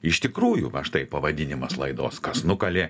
iš tikrųjų va štai pavadinimas laidos kas nukalė